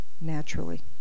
naturally